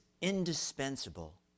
indispensable